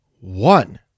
one